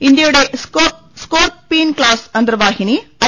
ഇന്ത്യയുടെ സ്കോർപീൻക്ലാസ് അന്തർവാഹിനി ഐ